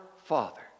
father